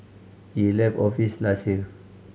he left office last year